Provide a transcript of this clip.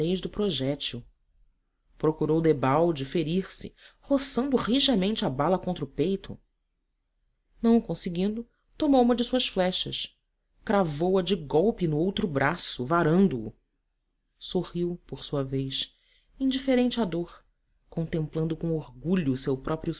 pequenez do projetil procurou debalde ferir se roçando rijamente a bala contra o peito não o conseguindo tomou uma de suas flechas cravou a de golpe no outro braço varando o sorriu por sua vez indiferente à dor contemplando com orgulho o seu próprio